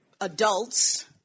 adults